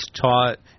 taught